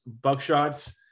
buckshots